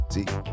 See